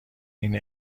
این